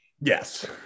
Yes